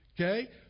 Okay